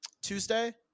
Tuesday